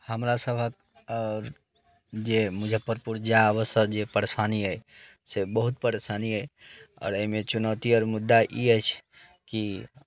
हमरासभक जे मुजफ्फरपुर जाय आबयसँ जे परेशानी अइ से बहुत परेशानी अइ आओर एहिमे चुनौती आओर मुद्दा ई अछि की